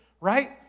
right